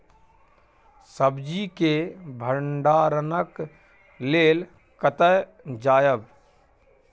सब्जी के भंडारणक लेल कतय जायब?